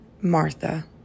Martha